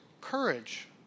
courage